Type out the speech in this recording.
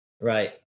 Right